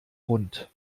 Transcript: rund